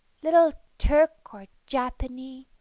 little turk or japanee,